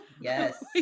yes